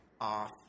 off